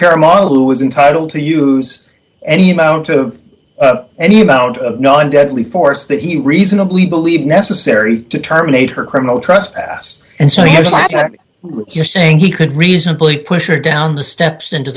care model who is entitle to use any amount of any amount of non deadly force that he reasonably believed necessary to terminate her criminal trespass and so yes you're saying he could reasonably push it down the steps into